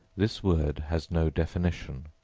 this word has no definition.